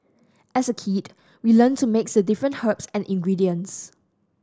as a kid we learnt to mix the different herbs and ingredients